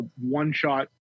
one-shot